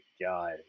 god